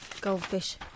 Goldfish